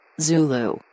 Zulu